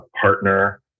partner